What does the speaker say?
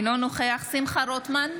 אינו נוכח שמחה רוטמן,